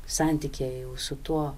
santykiai su tuo